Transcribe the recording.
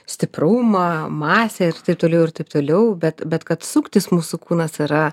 stiprumą masę ir taip toliau ir taip toliau bet bet kad suktis mūsų kūnas yra